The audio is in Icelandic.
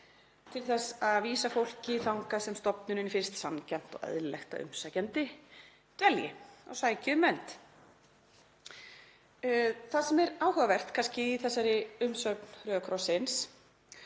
til þess að vísa fólki þangað sem stofnuninni finnst sanngjarnt og eðlilegt að umsækjandi dvelji og sæki um vernd. Það sem er áhugavert í þessari umsögn Rauða krossins,